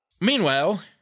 meanwhile